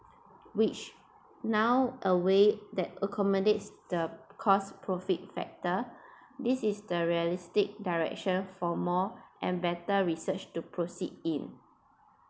which now awai~ that accommodates the course profit factor this is the realistic direction for more and better research to proceed in